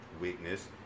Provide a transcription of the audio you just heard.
weakness